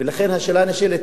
ולכן, השאלה הנשאלת: